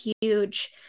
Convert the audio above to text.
huge